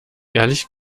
ehrlich